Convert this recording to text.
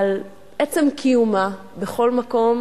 על עצם קיומה, בכל מקום,